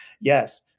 Yes